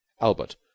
albert